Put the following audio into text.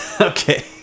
Okay